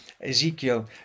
Ezekiel